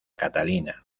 catalina